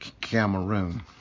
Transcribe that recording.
Cameroon